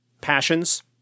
passions